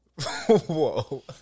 Whoa